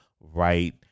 right